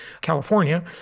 California